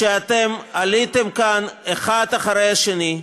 כשעליתם כאן אחד אחרי השני,